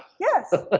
yes, so but